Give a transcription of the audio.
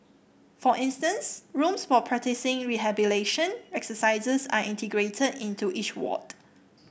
for instance rooms for practising rehabilitation exercises are integrated into each ward